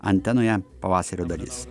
antenoje pavasario dalis